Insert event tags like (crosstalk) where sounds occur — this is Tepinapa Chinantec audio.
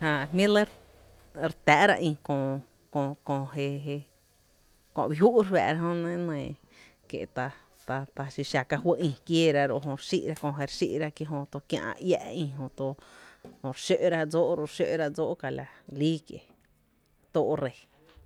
Jää jmý’ re lɇ re tⱥⱥ’ra ï köö jé (hesitation) jé kö uí jú’ re fáá’ra jönɇ nɇɇ kie’ ta (hesitation) ta xi xⱥ ka fý ï kieera ro’ jö xí’ra kö je re xí’ra jö to kiä’ iⱥ’ ï jöto jö xǿ’ra dsóói’ re xǿ’ra dsóó’ la re líí kie’ re tóó’ ree.